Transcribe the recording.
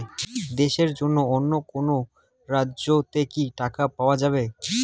দেশের অন্য কোনো রাজ্য তে কি টাকা পাঠা যাবে?